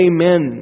Amen